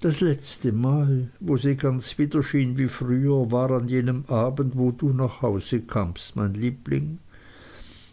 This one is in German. das letzte mal wo sie ganz wieder schien wie früher war an jenem abend wo du nach hause kamst mein liebling